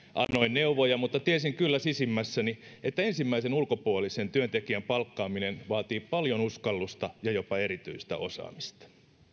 neuvoja mutta tiesin kyllä sisimmässäni että ensimmäisen ulkopuolisen työntekijän palkkaaminen vaatii paljon uskallusta ja jopa erityistä osaamista